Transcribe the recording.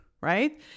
Right